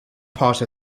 part